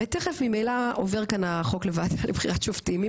הרי תיכף ממילא עובר כאן החוק לבחירת שופטים,